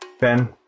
Ben